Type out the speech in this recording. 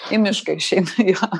į mišką išeina jo